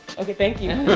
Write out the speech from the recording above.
okay, thank you.